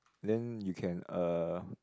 then you can uh